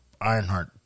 Ironheart